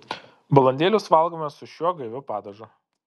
balandėlius valgome su šiuo gaiviu padažu